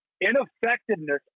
ineffectiveness